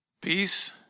peace